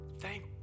Thank